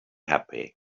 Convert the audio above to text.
happy